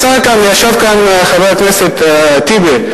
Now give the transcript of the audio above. ישב כאן חבר הכנסת טיבי,